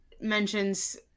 mentions